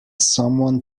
someone